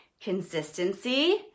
consistency